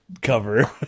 cover